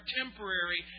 temporary